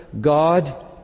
God